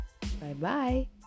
Bye-bye